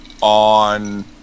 on